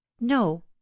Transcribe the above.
no